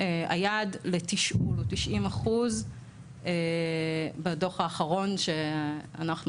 היעד לתשאול הוא 90%. בדו"ח האחרון שאנחנו